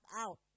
out